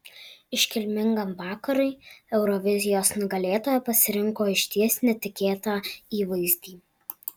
iškilmingam vakarui eurovizijos nugalėtoja pasirinko išties netikėtą įvaizdį